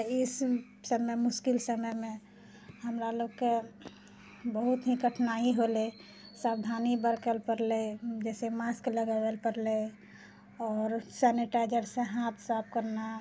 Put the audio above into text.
तऽ इस समयमे मुश्किल समयमे हमरा लोगके बहुत ही कठिनाइ होलय सावधानी बरकल पड़लै जैसे मास्क लगाबल पड़लै आओर सेनिटाइजरसँ हाथ साफ करना